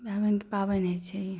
भाय बहिनके पाबनि होि छै ई